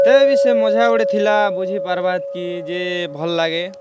ତେବେ ବି ସେ ମଜା ଗୋଟେ ଥିଲା ବୁଝି ପାର୍ବା କି ଯେ ଭଲ୍ ଲାଗେ